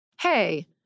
hey